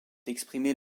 exprimer